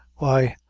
why,